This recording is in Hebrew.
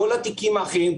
כל התיקים האחרים,